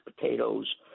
potatoes